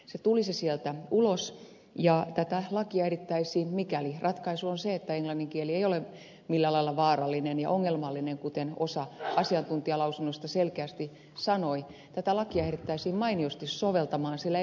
se tulisi sieltä ulos ja mikäli ratkaisu on se että englannin kieli ei ole millään lailla vaarallinen ja ongelmallinen kuten osa asiantuntijalausunnoista selkeästi sanoi tätä lakia ehdittäisiin mainiosti soveltaa siellä englannin kielen osalta